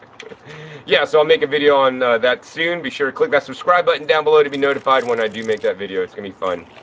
yeah, so i'll make a video on that soon. be sure to click that subscribe button down below to be notified when i do make that video. it's going to be fun.